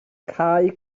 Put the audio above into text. cae